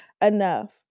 enough